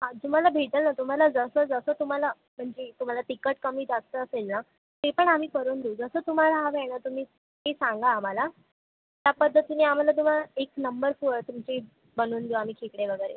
हां तुम्हाला भेटेल ना तुम्हाला जसं जसं तुम्हाला म्हणजे तुम्हाला तिखट कमी जास्त असेल ना ते पण आम्ही करून देऊ जसं तुम्हाला हवं आहे ना तुम्ही ते सांगा आम्हाला त्या पद्धतीने आम्हाला तुम्हाला एक नंबर चव तुमची बनवून देऊ आम्ही खेकडे वगैरे